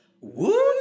Woo